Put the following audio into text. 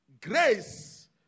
grace